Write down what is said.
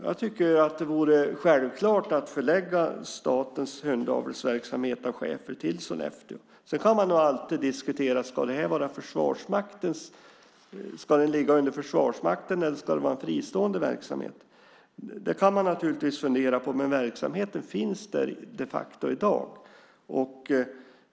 Jag tycker att det skulle vara självklart att förlägga statens hundavelsverksamhet med schäfer till Sollefteå. Man kan alltid diskutera om det ska ligga under Försvarsmakten eller om det ska vara en fristående verksamhet. Det kan man naturligtvis fundera på, men verksamheten finns där de facto i dag.